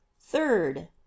third